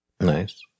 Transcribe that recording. Nice